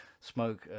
smoke